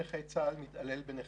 הם קיבלו חלק מהטיעונים של נכי צה"ל,